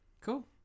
Cool